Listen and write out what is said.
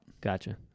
Gotcha